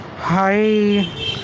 hi